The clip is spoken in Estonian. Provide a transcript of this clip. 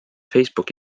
facebook